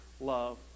love